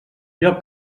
lloc